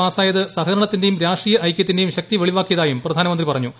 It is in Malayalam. പാസ്സായത് സഹകരണത്തിന്റേയും രാഷ്ട്രീയ ർഎകൃത്തിന്റേയും ശക്തി വെളിവാക്കിയതായും പ്രധാനമന്ത്രി പറ്ഞ്ഞു